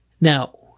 Now